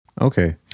Okay